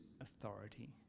authority